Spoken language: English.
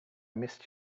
missed